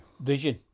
Vision